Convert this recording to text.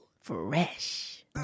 Fresh